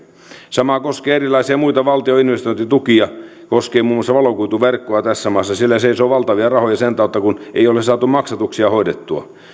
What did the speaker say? sama koskee erilaisia muita valtion investointitukia koskee muun muassa valokuituverkkoa tässä maassa siellä seisoo valtavia rahoja sen tautta kun ei ole saatu maksatuksia hoidettua